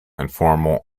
informal